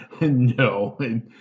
No